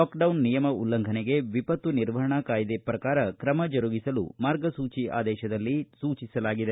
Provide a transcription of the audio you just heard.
lockdown ನಿಯಮ ಉಲ್ಲಂಘನೆಗೆ ವಿಪತ್ತು ನಿರ್ವಪಣಾ ಕಾಯ್ದೆ ಪ್ರಕಾರ ಕ್ರಮ ಜರುಗಿಸಲು ಮಾರ್ಗಸೂಚಿ ಆದೇಶದಲ್ಲಿ ಸೂಚಿಸಲಾಗಿದೆ